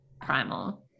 primal